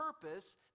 purpose